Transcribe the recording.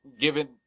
given